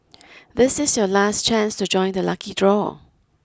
this is your last chance to join the lucky draw